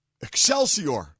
Excelsior